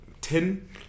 ten